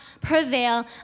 prevail